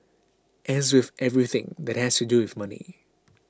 as with everything that has to do with money